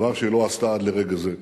דבר שהיא לא עשתה עד לרגע זה.